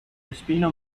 espino